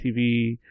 TV